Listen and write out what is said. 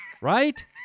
right